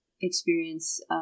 experience